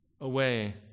away